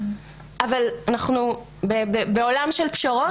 אבל אנחנו בעולם של פשרות,